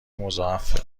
مضاعف